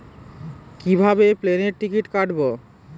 কিভাবে প্লেনের টিকিট কাটব?